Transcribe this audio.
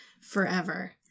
forever